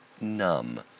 numb